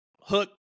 Hook